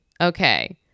okay